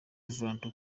valentin